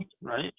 right